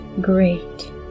great